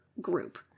group